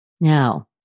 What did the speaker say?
Now